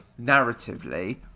narratively